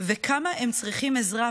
וכמה הם צריכים עזרה.